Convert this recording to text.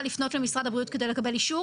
לפנות למשרד הבריאות כדי לקבל אישור.